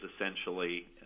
essentially